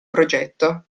progetto